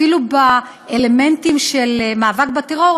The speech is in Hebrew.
אפילו באלמנטים של מאבק בטרור,